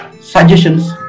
suggestions